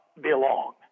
belong